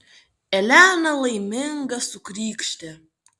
elena laiminga sukrykštė